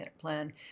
plan